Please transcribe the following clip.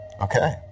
Okay